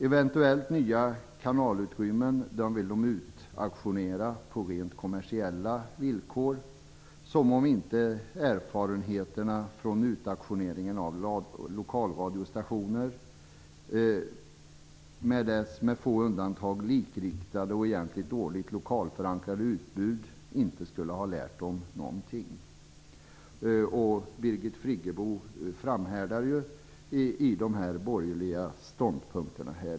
Eventuellt nya kanalutrymmen vill de utauktionera på rent kommersiella villkor, som om inte erfarenheterna från utauktioneringen av sändningstillstånd för lokalradiostationer, med deras med få undantag likriktade och dåligt lokalförankrade utbud, inte skulle ha lärt dem någonting. Birgit Friggebo framhärdar här i dag i dessa borgerliga ståndpunkter.